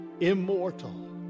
immortal